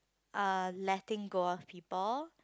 uh letting go of people